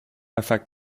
affect